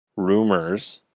rumors